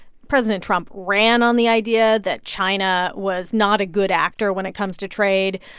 president trump ran on the idea that china was not a good actor when it comes to trade.